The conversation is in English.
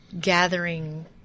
gathering